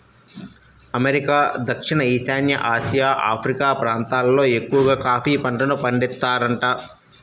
America, దక్షిణ ఈశాన్య Asia, Africa ప్రాంతాలల్లో ఎక్కవగా కాఫీ పంటను పండిత్తారంట